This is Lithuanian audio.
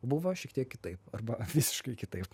buvo šiek tiek kitaip arba visiškai kitaip